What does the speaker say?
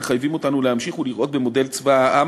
מחייבים אותנו להמשיך ולראות במודל צבא העם